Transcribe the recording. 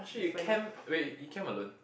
!wah shit! you camp wait you camp alone